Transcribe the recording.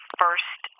first